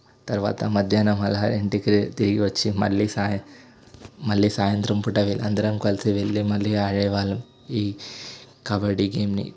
తర్వాత మధ్యాహ్నం అలా ఇంటికి తిరిగివచ్చి మళ్ళీ సాయ మళ్ళీ సాయంత్రం పూట అందరం కలిసి వెళ్ళి మళ్ళీ ఆడే వాళ్ళము ఈ కబడి గేమ్ని